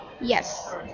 Yes